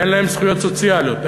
אין להם זכויות סוציאליות,